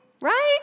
Right